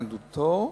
התנגדותו,